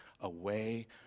away